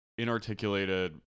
inarticulated